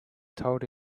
told